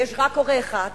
ויש רק הורה אחד,